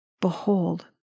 behold